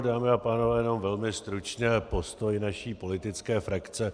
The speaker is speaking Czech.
Dámy a pánové, jenom velmi stručně postoj naší politické frakce.